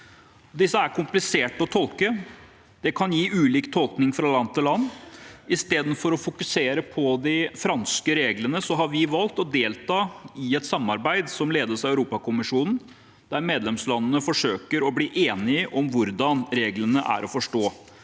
Disse er kompliserte å tolke, og det kan gi ulik tolkning fra land til land. I stedet for å fokusere på de franske reglene har vi valgt å delta i et samarbeid som ledes av Europakommisjonen, der medlemslandene forsøker å bli enige om hvordan reglene er å forstå.